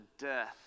death